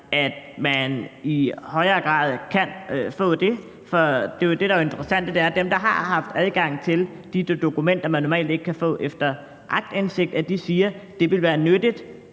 at man i højere grad kan få det, for det interessante er jo, at dem, der har haft adgang til de dokumenter, man normalt ikke kan få efter aktindsigt, siger, at det ville være nyttigt,